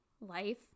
life